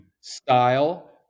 style